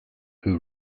who